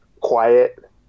quiet